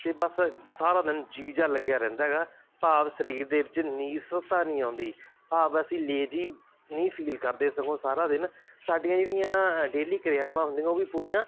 ਅਤੇ ਬਸ ਸਾਰਾ ਦਿਨ ਜੀਅ ਜਿਹਾ ਲੱਗਿਆ ਰਹਿੰਦਾ ਹੈਗਾ ਭਾਵ ਸਰੀਰ ਦੇ ਵਿੱਚ ਨੇਸਤਾ ਨਹੀਂ ਆਉਂਦੀ ਭਾਵ ਅਸੀਂ ਲੇਜੀ ਨਹੀਂ ਫੀਲ ਕਰਦੇ ਸਗੋਂ ਸਾਰਾ ਦਿਨ ਸਾਡੀਆਂ ਜਿਹੜੀਆਂ ਡੇਲੀ ਕਿਰਿਆਵਾਂ ਹੁੰਦੀਆਂ ਉਹ ਵੀ ਪੂਰੀਆਂ